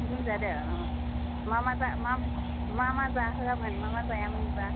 लोमजादों अ मा मा जाहोयामोन मा मा जायामोन बियोबा